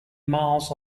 miles